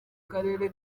karere